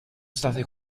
state